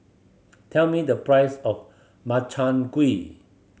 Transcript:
tell me the price of Makchang Gui